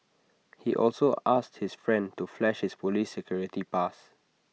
he also asked his friend to flash his Police security pass